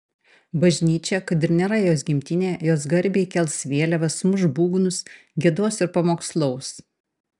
bažnyčia kad ir nėra jos gimtinė jos garbei kels vėliavas ir muš būgnus giedos ir pamokslaus